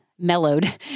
mellowed